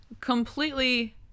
completely